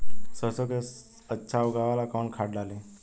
सरसो के अच्छा उगावेला कवन खाद्य डाली?